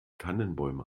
tannenbäume